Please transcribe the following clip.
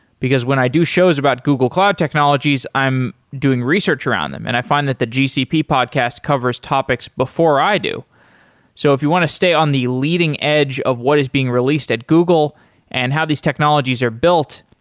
because when i do shows about google cloud technologies, i'm doing research around them and i find that the gcp podcast covers topics before i do so if you want to stay on the leading edge of what is being released at google and how these technologies are built,